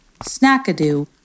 Snackadoo